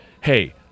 hey